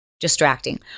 distracting